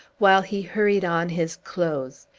while he hurried on his clothes.